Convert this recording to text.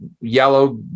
yellow